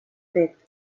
fet